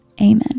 amen